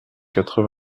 quatre